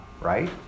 right